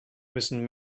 müssen